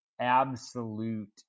absolute